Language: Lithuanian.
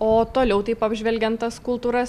o toliau taip apžvelgiant tas kultūras